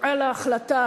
על ההחלטה